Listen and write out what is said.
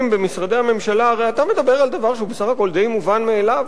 במשרדי הממשלה: הרי אתה מדבר על דבר שהוא בסך הכול די מובן מאליו,